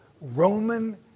Roman